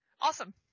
Awesome